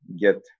get